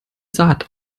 saat